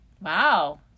wow